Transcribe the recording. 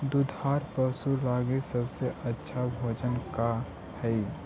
दुधार पशु लगीं सबसे अच्छा भोजन का हई?